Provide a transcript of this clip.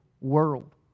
world